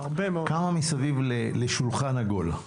כמה מסביב לשולחן עגול?